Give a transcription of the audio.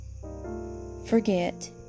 forget